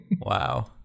Wow